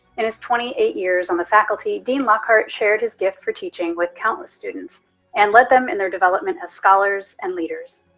in his twenty eight years on the faculty, dean lockhart shared his gift for teaching with countless students and led them in their development as scholars and leaders.